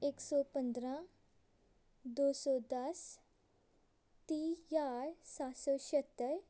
ਇੱਕ ਸੌ ਪੰਦਰਾਂ ਦੋ ਸੌ ਦਸ ਤੀਹ ਹਜ਼ਾਰ ਸੱਤ ਸੌ ਛਿਹੱਤਰ